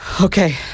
Okay